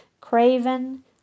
Craven